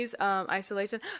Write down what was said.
Isolation